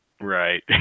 Right